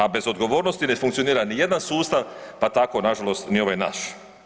A bez odgovornosti ne funkcionira ni jedan sustav pa tako nažalost ni ovaj naš.